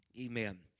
Amen